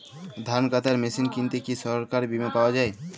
ধান কাটার মেশিন কিনতে কি সরকারী বিমা পাওয়া যায়?